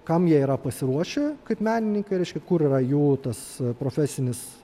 kam jie yra pasiruošę kaip menininkai reiškia kur yra jų tas profesinis